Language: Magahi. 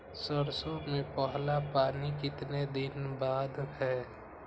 सरसों में पहला पानी कितने दिन बाद है?